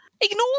ignore